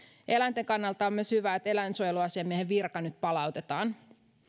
eläinten kannalta on hyvä myös se että eläinsuojeluasiamiehen virka nyt palautetaan